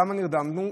למה נרדמנו?